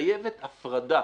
מתחייבת הפרדה,